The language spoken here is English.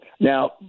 Now